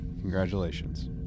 congratulations